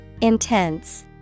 Intense